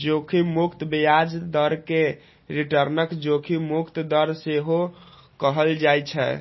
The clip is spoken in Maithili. जोखिम मुक्त ब्याज दर कें रिटर्नक जोखिम मुक्त दर सेहो कहल जाइ छै